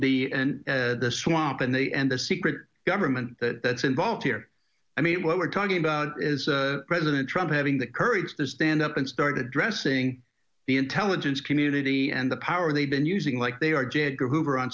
the and the swamp and the and the secret government that is involved here i mean what we're talking about is president trump having the courage to stand up and start addressing the intelligence community and the power they've been using like they are j edgar hoover on